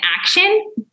action